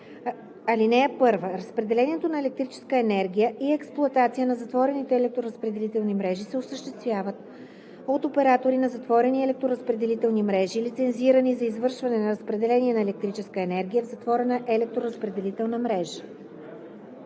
88а. (1) Разпределението на електрическа енергия и експлоатацията на затворените електроразпределителни мрежи се осъществяват от оператори на затворени електроразпределителни мрежи, лицензирани за извършване на разпределение на електрическа енергия в затворена електроразпределителна мрежа.